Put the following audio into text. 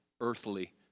earthly